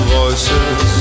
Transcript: voices